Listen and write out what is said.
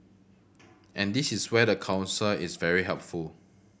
and this is where the council is very helpful